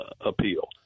appeal